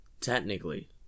technically